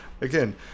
again